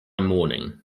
morning